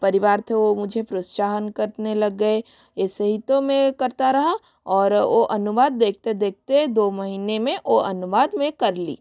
परिवार थे ओ मुझे प्रोत्साहन करने लग गए ऐसे ही तो मैं करता रहा और वो अनुवाद देखते देखते दो महीने में वो अनुवाद मैं कर ली